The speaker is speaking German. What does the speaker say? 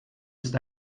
ist